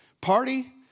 party